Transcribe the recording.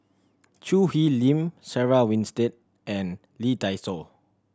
Choo Hwee Lim Sarah Winstedt and Lee Dai Soh